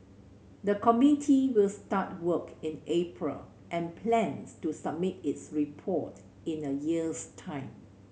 the committee will start work in April and plans to submit its report in a year's time